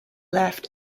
left